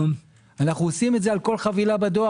אנו עושים את זה על כל חבילה בדואר.